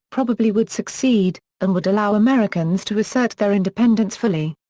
probably would succeed, and would allow americans to assert their independence fully.